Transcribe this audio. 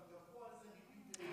אבל בפועל זה ריבית דריבית,